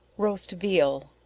roast veal.